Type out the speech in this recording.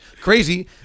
crazy